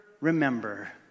remember